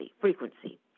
frequency